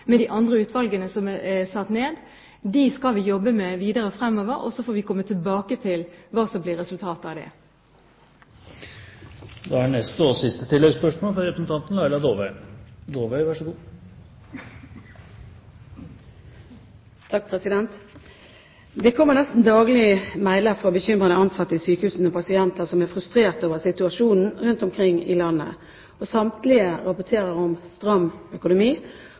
med ekspertutvalg og de andre utvalgene som er satt ned, skal vi jobbe videre med dette fremover, og så får vi komme tilbake til hva som blir resultatet av det. Laila Dåvøy – til oppfølgingsspørsmål. Det kommer nesten daglig mailer fra bekymrede ansatte i sykehusene om pasienter som er frustrert over situasjonen rundt omkring i landet. Samtlige rapporterer om stram økonomi